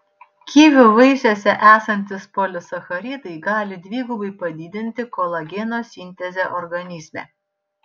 kivių vaisiuose esantys polisacharidai gali dvigubai padidinti kolageno sintezę organizme